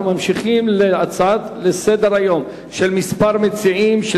אנחנו מגיעים להצעות לסדר-היום של כמה מציעים בנושא: